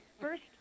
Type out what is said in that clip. First